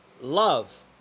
love